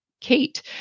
Kate